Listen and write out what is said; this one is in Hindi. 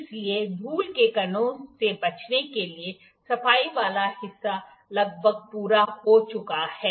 इसलिए धूल के कणों से बचने के लिए सफाई वाला हिस्सा लगभग पूरा हो चुका है